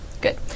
Good